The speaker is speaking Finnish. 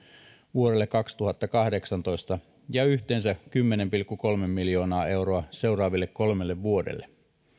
vuodelle kaksituhattakahdeksantoista ja yhteensä kymmenen pilkku kolme miljoonaa euroa seuraaville kolmelle vuodelle